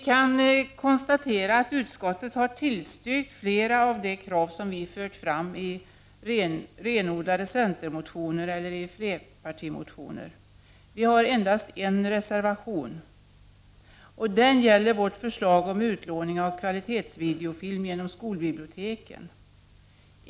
Jag konstaterar att utskottet har tillstyrkt flera av de krav som vi har fört fram i renodlade centermotioner eller i flerpartimotioner. Vi har endast en reservation, och den gäller vårt förslag om utlåning av kvalitetsvideofilm genom skolbiblioteken.